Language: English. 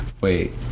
Wait